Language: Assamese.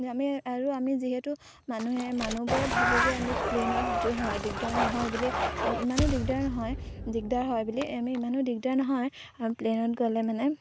আমি আৰু আমি যিহেতু মানুহে মানুহবোৰে ভাবোঁ যে আমি প্লেইনত দিগদাৰ নহয় বুলি ইমানো দিগদাৰ নহয় দিগদাৰ হয় বুলি আমি ইমানো দিগদাৰ নহয় আৰু প্লেইনত গ'লে মানে